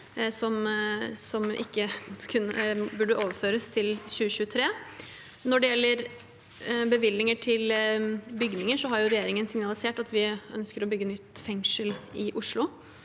som ikke burde overføres til 2023. Når det gjelder bevilgninger til bygninger, har regjeringen signalisert at vi ønsker å bygge et nytt fengsel i Oslo.